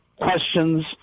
questions